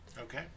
Okay